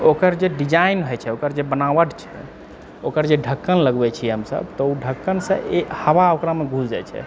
ओकर जे डिजाइन होय छै ओकर जे बनावट छै ओकर जे ढ़क्कन लगबै छी हमसब तऽ ओ ढ़क्कनसँ हवा ओकरामे घुस जाइत छै